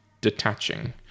detaching